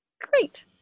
Great